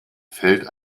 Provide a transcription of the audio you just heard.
fällt